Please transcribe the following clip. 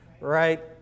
Right